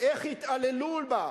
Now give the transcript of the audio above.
איך התעללו בה,